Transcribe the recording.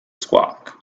squawk